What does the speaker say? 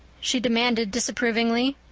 she demanded disapprovingly.